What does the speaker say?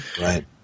right